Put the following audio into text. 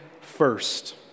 first